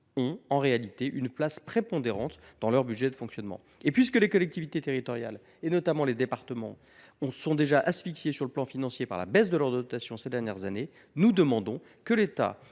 ont en réalité une place prépondérante dans leur budget de fonctionnement. Les collectivités territoriales, notamment les départements, étant déjà asphyxiées sur le plan financier par la baisse de leurs dotations ces dernières années, nous demandons que l’État